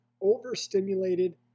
overstimulated